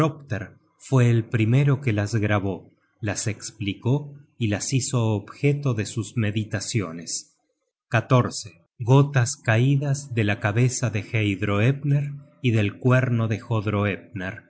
fue el primero que las grabó las esplicó y las hizo objeto de sus meditaciones gotas caidas de la cabeza de heidroep ner y del cuerno de